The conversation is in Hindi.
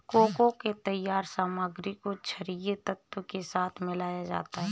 कोको के तैयार सामग्री को छरिये तत्व के साथ मिलाया जाता है